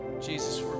Jesus